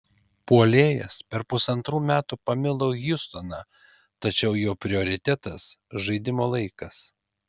puolėjas per pusantrų metų pamilo hjustoną tačiau jo prioritetas žaidimo laikas